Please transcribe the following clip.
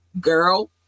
girl